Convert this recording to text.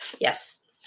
Yes